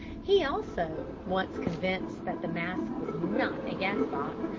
he also, once convinced that the mask was not a gas-box,